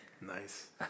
Nice